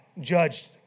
judged